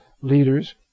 leaders